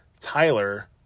Tyler